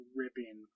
ripping